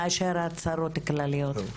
מאשר הצהרות כלליות.